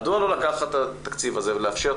מדוע לא לקחת על התקציב הזה ולאפשר את